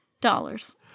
dollars